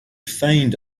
feigned